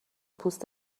پوست